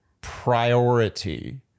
priority